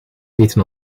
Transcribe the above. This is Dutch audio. eten